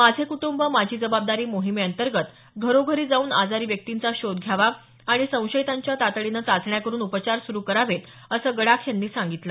माझे कुटुंब माझी जबाबदारी मोहिमेअंतर्गत घरोघरी जाऊन आजारी व्यक्तींचा शोध घ्यावा आणि संशयितांच्या तातडीने चाचण्या करून उपचार सुरू करावेत असं गडाख यांनी सांगितलं